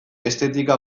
estetika